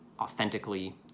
authentically